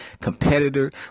competitor